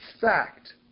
fact